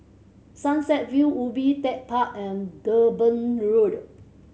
Sunset View Ubi Tech Park and Durban Road